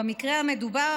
במקרה המדובר,